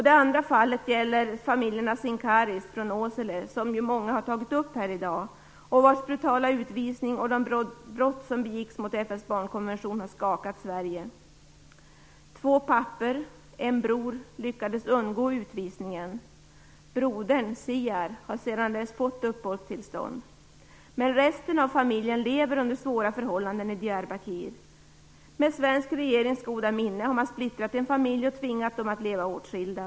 Det andra exemplet är familjerna Sincari från Åsele, som ju många har tagit upp här i dag. Deras brutala utvisning och de brott som då begicks mot FN:s barnkonvention har skakat Sverige. Två pappor och en bror lyckades undgå utvisningen. Brodern, Ciyar, har sedan dess fått uppehållstillstånd. Men resten av familjen lever under svåra förhållanden i Diyarbakir. Med svensk regerings goda minne har man splittrat en familj och tvingat dess medlemmar att leva åtskilda.